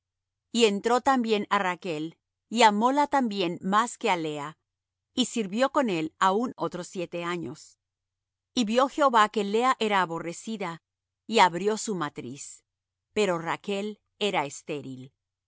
y entró también á rachl y amóla también más que á lea y sirvió con él aún otros siete años y vió jehová que lea era aborrecida y abrió su matriz pero rachl era estéril